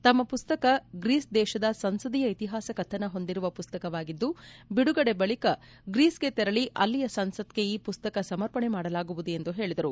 ತಮ್ಮ ಮಸ್ತಕ ಗ್ರೀಸ್ ದೇಶದ ಸಂಸದೀಯ ಇತಿಹಾಸ ಕಥನ ಹೊಂದಿರುವ ಮಸ್ತಕವಾಗಿದ್ದು ಐಡುಗಡೆ ಬಳಿಕ ಗ್ರೀಸ್ಗೆ ತೆರಳಿ ಅಲ್ಲಿಯ ಸಂಸತ್ಗೆ ಈ ಮಸ್ತಕ ಸಮರ್ಪಣೆ ಮಾಡಲಾಗುವುದು ಹೇಳಿದರು